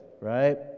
right